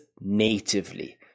natively